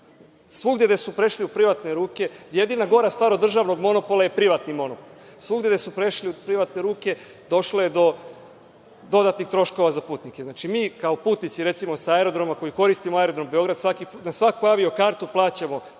sveta u državnom vlasništvu. Jedina gora stvar od državnog monopola je privatni monopol. Svugde gde su prešli u privatne ruke došlo je do dodatnih troškova za putnike. Znači, mi kao putnici, recimo, koji koristimo Aerodrom Beograd svaku avio kartu plaćamo